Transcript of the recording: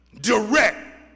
direct